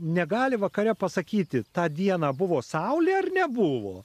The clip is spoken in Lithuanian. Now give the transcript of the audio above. negali vakare pasakyti tą dieną buvo saulė ar nebuvo